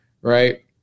Right